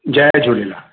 Jay Jhulelal